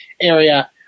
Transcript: area